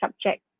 subject